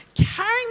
carrying